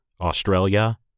Australia